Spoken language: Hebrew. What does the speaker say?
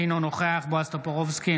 אינו נוכח בועז טופורובסקי,